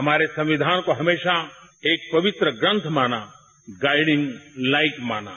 हमारे संविधान को हमेशा एक पवित्र ग्रंथ माना गाइडिंग लाइक माना